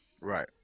Right